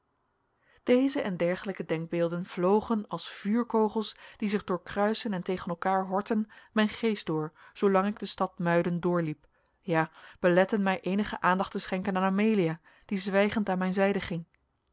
deze en dergelijke denkbeelden vlogen als vuurkogels die zich doorkruisen en tegen elkaar horten mijn geest door zoolang ik de stad muiden doorliep ja beletteden mij eenige aandacht te schenken aan amelia die zwijgend aan mijn zijde ging